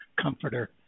comforter